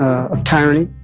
ah of tyranny.